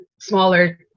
smaller